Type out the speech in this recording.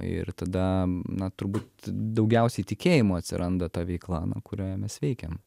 ir tada na turbūt daugiausiai tikėjimo atsiranda ta veikla nu kurioje mes veikiam